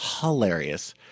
hilarious